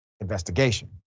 investigation